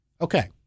Okay